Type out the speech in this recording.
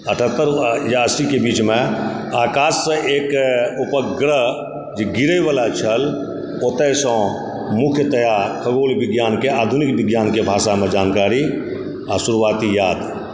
अठहत्तर या अस्सीके बीचमे आकाश से एक उपग्रह जे गिरय वला छल ओतयसंँ मुख्यतया खगोल विज्ञानके आधुनिक विज्ञानके भाषामे जानकारी आ शुरूआती याद